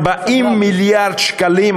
40 מיליארד שקלים.